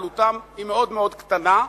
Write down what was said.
עלותם מאוד קטנה,